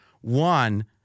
One